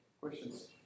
Questions